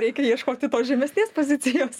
reikia ieškoti tos žemesnės pozicijos